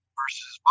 versus